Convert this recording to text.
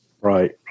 Right